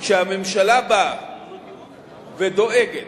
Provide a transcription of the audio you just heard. כשהממשלה באה ודואגת,